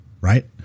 Right